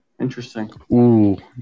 Interesting